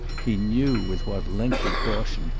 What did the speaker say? he knew with what lengthy caution,